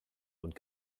und